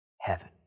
Heaven